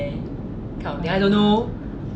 so now actually in my mom's house I have nothing